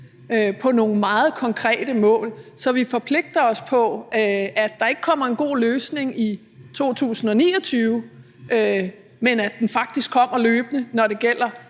på nogle meget konkrete mål, så vi ikke forpligter os på, at der kommer en god løsning i 2029, men at den faktisk kommer løbende, når det gælder